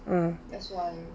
uh